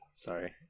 Sorry